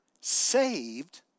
saved